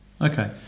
Okay